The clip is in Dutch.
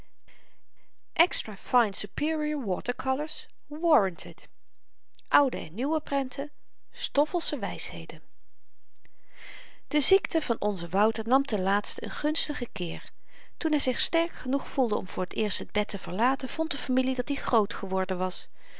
warranted oude en nieuwe prenten stoffelsche wyshedens de ziekte van onzen wouter nam ten laatste een gunstigen keer toen hy zich sterk genoeg voelde om voor t eerst het bed te verlaten vond de familie dat-i groot geworden was